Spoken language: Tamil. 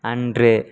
அன்று